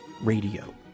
Radio